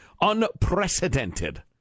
unprecedented